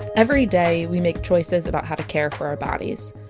every day, we make choices about how to care for our bodies.